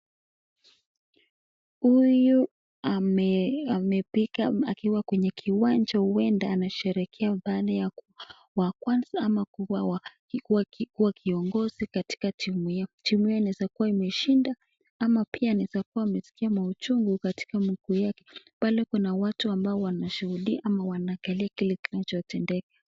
Huyu amepiaka ako Kwenye kiwanja uenda anasherekea uoande ya kwanza ama kuwa kiongazi katika timu Yao timi Yao inaeza kuwa imepuka ushindi ama ameshida ama anesikia mauchunfu katika mguu wake pale Kuna watu shuudia ama wanaangalia kile kinacho tendeka